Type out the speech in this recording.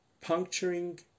puncturing